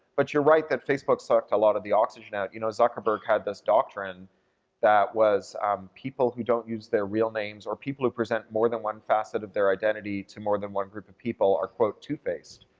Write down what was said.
but you're right that facebook sucked a lot of the oxygen out. you know, zuckerberg had this doctrine that was people who don't use their real names or people who present more than one facet of their identity to more than one group of people are quote two-faced.